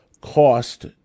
cost